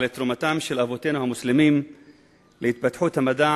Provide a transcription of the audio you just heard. על תרומתם של אבותינו המוסלמים להתפתחות המדע